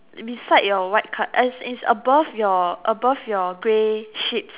beside your white cart as is above your above your grey sheet